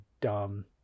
dumb